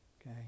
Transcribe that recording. Okay